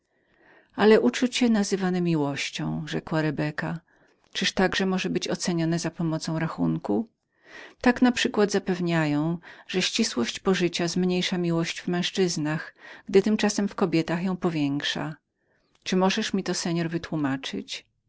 ale uczucie nazywane miłością rzekła rebeka czyliż także może być ocenionem za pomocą rachunku tak np zapewniają że ścisłość pożycia zmniejsza miłość w męzczyznach gdy tym czasem w kobietach ją powiększa możeszże pan mi to wytłumaczyć